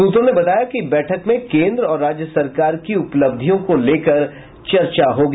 सूत्रों ने बताया कि बैठक में केन्द्र और राज्य सरकार की उपलब्धियों को लेकर चर्चा होगी